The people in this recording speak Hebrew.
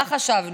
מה חשבנו,